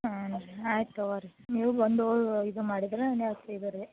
ಹಾಂ ರೀ ಆಯ್ತು ತೊಗೋರಿ ನೀವು ಬಂದು ಇದು ಮಾಡಿದರೆ ರೀ